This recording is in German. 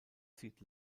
sieht